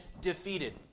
defeated